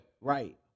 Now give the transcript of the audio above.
Right